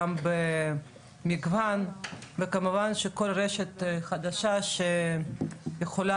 גם במגוון וכמובן שכל רשת חדשה שיכולה